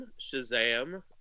Shazam